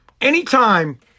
Anytime